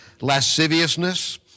lasciviousness